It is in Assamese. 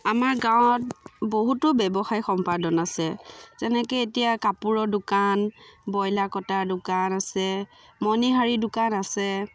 আমাৰ গাঁৱত বহুতো ব্যৱসায় সম্পাদন আছে যেনেকৈ এতিয়া কাপোৰৰ দোকান ব্ৰয়লাৰ কটা দোকান আছে মণিহাৰী দোকান আছে